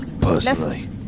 Personally